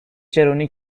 چرونی